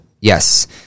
yes